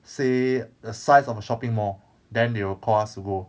say the size of a shopping mall then they will call us to go